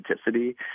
authenticity